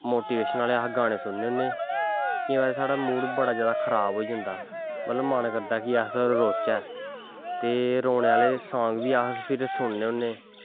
motivation आह्ले अस गीनें सुननें होनें केंई बारी साढ़ा मूड़ बड़ा जादा खराब होई जंदा मतलव मन करदा कि अस रोचै ते रोनें आह्ले सांग बी फिर अस सुननें होनें